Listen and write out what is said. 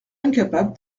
incapable